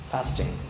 Fasting